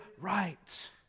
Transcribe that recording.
right